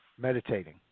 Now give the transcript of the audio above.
meditating